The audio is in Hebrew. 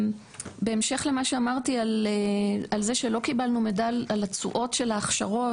בהמשך למה שאמרתי על זה שלא קיבלנו מידע על התשואות של ההכשרות